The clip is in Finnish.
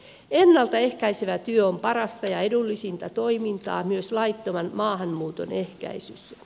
ennalta ehkäisevä työ on parasta ja edullisinta toimintaa myös laittoman maahanmuuton ehkäisyssä